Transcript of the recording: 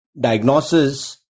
diagnosis